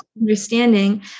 understanding